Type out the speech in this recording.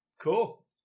Cool